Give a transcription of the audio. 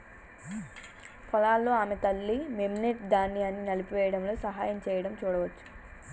పొలాల్లో ఆమె తల్లి, మెమ్నెట్, ధాన్యాన్ని నలిపివేయడంలో సహాయం చేయడం చూడవచ్చు